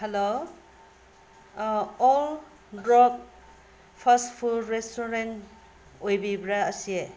hello ꯑꯣꯜ ꯔꯣꯠ fast food restaurant ꯑꯣꯏꯕꯤꯕ꯭ꯔꯥ ꯑꯁꯤ